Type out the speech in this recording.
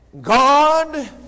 God